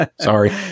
sorry